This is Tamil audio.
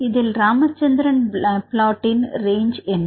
இதில் ராமச்சந்திரன் பிளாட்டின் ரேஞ்ச் என்ன